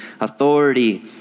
authority